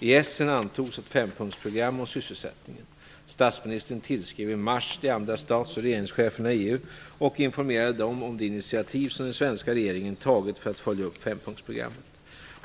I Essen antogs ett fempunktsprogram om sysselsättningen. Statsministern tillskrev i mars de andra stats och regeringscheferna i EU och informerade dem om de initiativ som den svenska regeringen tagit för att följa upp fempunktsprogrammet.